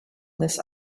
this